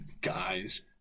guys